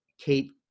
Kate